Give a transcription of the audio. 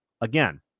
Again